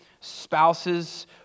Spouses